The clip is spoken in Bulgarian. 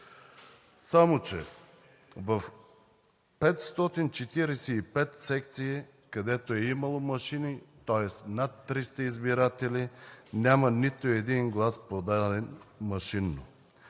Само че в 545 секции, където е имало машини, тоест над 300 избиратели, няма нито един глас, подаден машинно.